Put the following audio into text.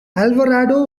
alvarado